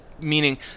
Meaning